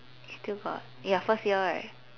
still got you're first year right